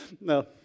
No